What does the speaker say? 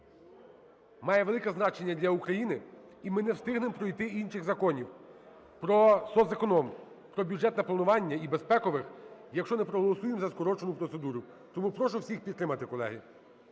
має велике значення для України, і ми не встигнемо пройти інших законів про соцеконом, про бюджетне планування і безпекових, якщо не проголосуємо за скорочену процедуру. Тому прошу всіх підтримати, колеги.